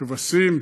כבשים,